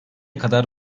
kadar